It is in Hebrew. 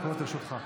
עשר דקות לרשותך.